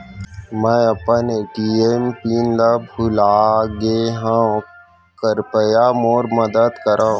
मै अपन ATM PIN ला भूलागे हव, कृपया मोर मदद करव